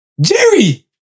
Jerry